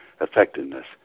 effectiveness